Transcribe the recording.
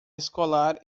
escolar